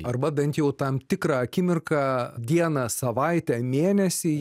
arba bent jau tam tikrą akimirką dieną savaitę mėnesį